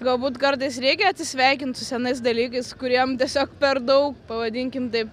galbūt kartais reikia atsisveikint su senais dalykais kuriem tiesiog per daug pavadinkim taip